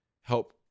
help